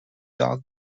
dog